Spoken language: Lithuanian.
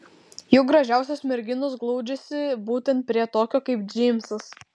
juk gražiausios merginos glaudžiasi būtent prie tokio kaip džeimsas